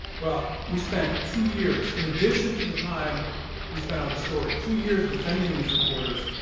well, we spent two years, in addition to the time we spent on the story, two years defending these reporters,